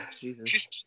Jesus